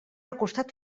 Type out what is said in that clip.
acostat